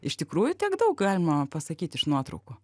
iš tikrųjų tiek daug galima pasakyt iš nuotraukų